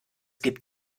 gibt